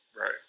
Right